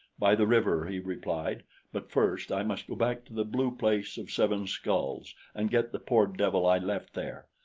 by the river, he replied but first i must go back to the blue place of seven skulls and get the poor devil i left there.